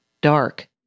dark